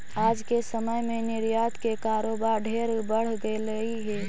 आज के समय में निर्यात के कारोबार ढेर बढ़ गेलई हे